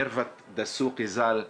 מרוות דסוקי ז"ל,